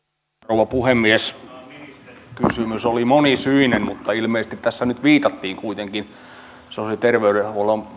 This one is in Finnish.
rouva puhemies kysymys oli monisyinen mutta ilmeisesti tässä nyt viitattiin kuitenkin sosiaali ja terveydenhuollon